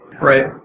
Right